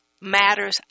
matters